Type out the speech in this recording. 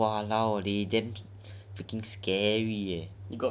I die man !walao! they damn freaking scary eh